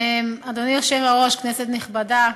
אדוני היושב-ראש, כנסת נכבדה,